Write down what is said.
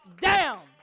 down